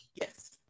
Yes